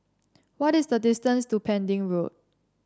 what is the distance to Pending Road